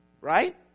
Right